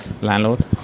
Landlord